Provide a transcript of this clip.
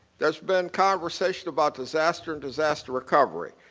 there's been conversation about disaster and disaster recovery.